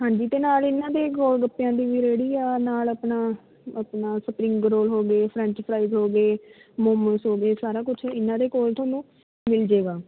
ਹਾਂਜੀ ਅਤੇ ਨਾਲ ਇਹਨਾਂ ਦੇ ਗੋਲ ਗੱਪਿਆਂ ਦੀ ਵੀ ਰੇਹੜੀ ਆ ਨਾਲ ਆਪਣਾ ਆਪਣਾ ਸਪਰਿੰਗ ਰੋਲ ਹੋ ਗਏ ਫਰੈਂਚ ਫਰਾਈਜ ਹੋ ਗਏ ਮੋਮੋਜ ਹੋ ਗਏ ਸਾਰਾ ਕੁਛ ਇਹਨਾਂ ਦੇ ਕੋਲ ਤੁਹਾਨੂੰ ਮਿਲ ਜੇਗਾ